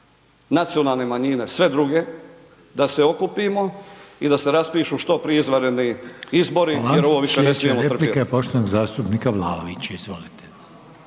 nacionalne manjine, sve druge da se okupimo i da se raspišu što prije izvanredni izbori jer ovo više ne smijemo trpjeti.